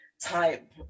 Type